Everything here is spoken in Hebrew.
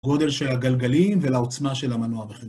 גודל של הגלגלים, ולעוצמה של המנוע בחדר.